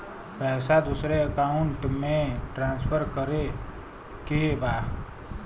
पैसा दूसरे अकाउंट में ट्रांसफर करें के बा?